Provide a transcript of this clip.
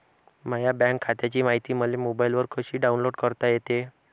माह्या बँक खात्याची मायती मले मोबाईलवर कसी डाऊनलोड करता येते?